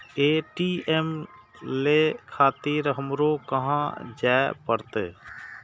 ATM ले खातिर हमरो कहाँ जाए परतें?